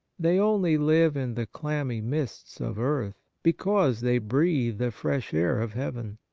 they only live in the clammy mists of earth because they breathe the fresh air of heaven.